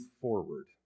forward